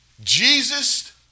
Jesus